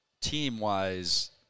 team-wise